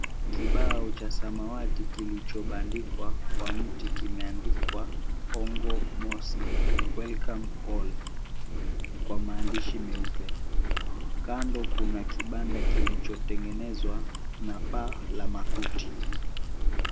Kibao cha samawati kilichobandikwa kwa mti kimeandikwa ONGO MOSQUE WELCOME ALL kwa maandishi meupe. Kando kuna kibanda kilichotengenezwa na paa la makuti.